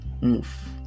move